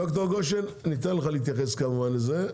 ד"ר גושן ניתן לך להתייחס כמובן לזה,